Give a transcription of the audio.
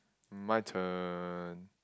my turn